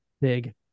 big